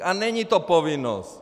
A není to povinnost!